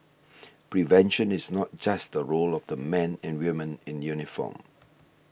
prevention is not just the role of the men and women in uniform